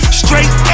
straight